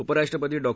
उपराष्ट्रपती डॉ